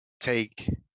take